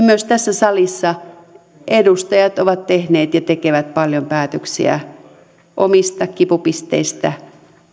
myös tässä salissa edustajat ovat tehneet ja tekevät paljon päätöksiä omista kipupisteistään